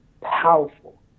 powerful